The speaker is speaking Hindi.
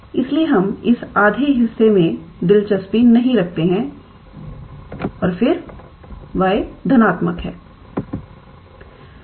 इसलिए हम इस आधे हिस्से में दिलचस्पी नहीं रखते हैं और फिर y धनात्मक है